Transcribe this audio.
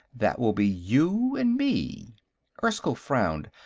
that will be you and me erskyll frowned.